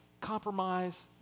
compromise